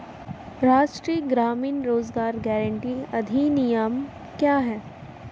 राष्ट्रीय ग्रामीण रोज़गार गारंटी अधिनियम क्या है?